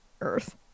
earth